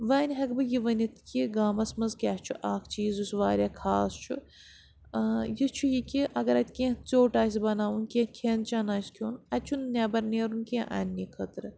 وَنۍ ہٮ۪کہٕ بہٕ یہِ ؤنِتھ کہِ گامَس منٛز کیٛاہ چھُ اَکھ چیٖز یُس واریاہ خاص چھُ یہِ چھُ یہِ کہِ اگر اَتہِ کینٛہہ ژیٚوٹ آسہِ بَناوُن کینٛہہ کھٮ۪ن چٮ۪ن آسہِ کھیوٚن اَتہِ چھُنہٕ نٮ۪بَر نیرُن کینٛہہ اَننہِ خٲطرٕ